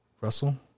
Russell